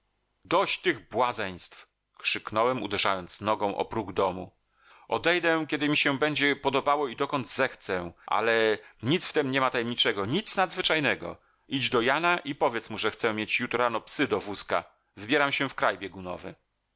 dość tych błazeństw krzyknąłem uderzając nogą o próg domu odejdę kiedy mi się będzie podobało i dokąd zechcę ale nic w tem niema tajemniczego ani nadzwyczajnego idź do jana i powiedz mu że chcę mieć jutro rano psy do wózka wybieram się w kraj